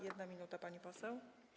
1 minuta, pani poseł.